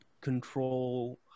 control